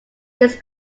this